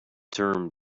term